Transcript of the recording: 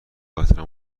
احترام